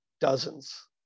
dozens